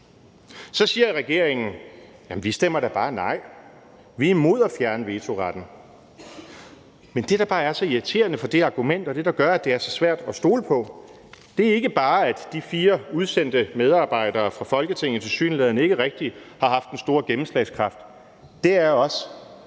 Så siger regeringen: Jamen vi stemmer da bare nej. Vi er imod at fjerne vetoretten. Men det, der bare er så irriterende ved det argument, og det, der gør, at det er så svært at stole på, er ikke bare, at de fire udsendte medarbejdere fra Folketinget tilsyneladende ikke har haft den store gennemslagskraft. Det er også,